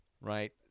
right